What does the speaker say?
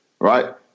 right